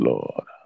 Lord